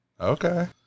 Okay